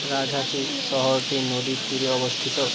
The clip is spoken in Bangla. রাজহাশী শহরটি নদীর তীরে অবস্থিত